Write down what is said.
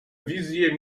wizje